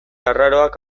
arraroak